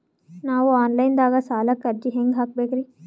ನಾವು online ದಾಗ ಸಾಲಕ್ಕ ಅರ್ಜಿ ಹೆಂಗ ಹಾಕಬೇಕ್ರಿ?